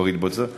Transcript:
כבר התבצע?